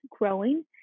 growing